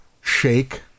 shake